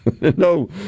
no